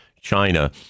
China